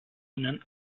ihnen